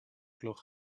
gloch